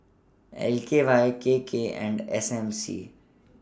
L K Y K K and S M C